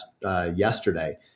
yesterday